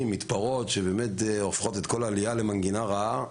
ומתפרעות שהופכים את כל העלייה למנגינה רעה,